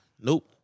nope